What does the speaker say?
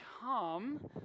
come